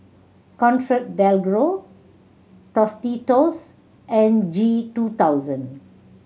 ComfortDelGro Tostitos and G two thousand